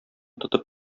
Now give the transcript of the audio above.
тотып